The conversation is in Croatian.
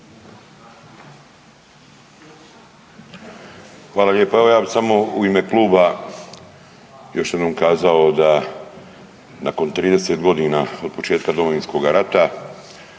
Hvala lijepa. Evo ja bi samo u ime kluba još jednom kazao da nakon 30 godina od početka Domovinskog rata